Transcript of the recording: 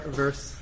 verse